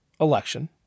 election